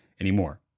anymore